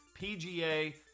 PGA